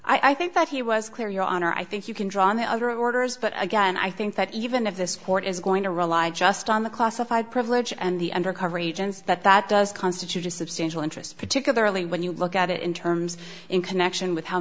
to i think that he was clear your honor i think you can draw on the other orders but again i think that even if this court is going to rely just on the classified privilege and the undercover agents that that does constitute a substantial interest particularly when you look at it in terms in connection with how